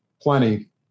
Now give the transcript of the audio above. Plenty